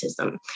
autism